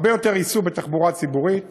הרבה יותר ייסעו בתחבורה ציבורית.